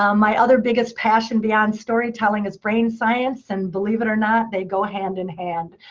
um my other biggest passion beyond storytelling is brain science, and believe it or not, they go hand in hand.